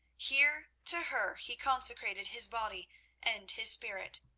here to her he consecrated his body and his spirit.